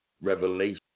revelation